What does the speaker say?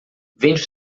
vende